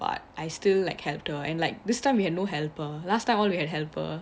but I still like helped her and like this time we had no helper last time all we had helper